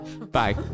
Bye